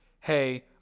hey